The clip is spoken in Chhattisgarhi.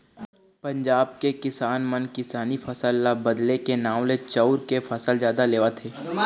पंजाब के किसान मन किसानी फसल ल बदले के नांव ले चाँउर के फसल जादा लेवत हे